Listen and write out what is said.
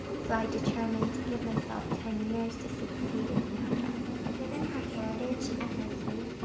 so i determined to give myself ten years to succeed as an actress. given her heritage, and her youth,